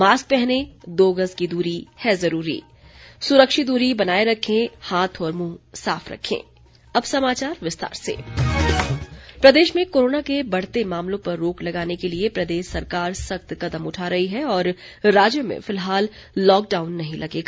mask पहनें दो गज दूरी है जरूरी सुरक्षित दूरी बनाये रखें हाथ और मुंह साफ रखें जयराम प्रदेश में कोरोना के बढ़ते मामलों पर रोक लगाने के लिए प्रदेश सरकार सख्त कदम उठा रही है और राज्य में फिलहाल लॉकडाउन नहीं लगेगा